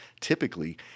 typically